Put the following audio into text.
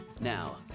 Now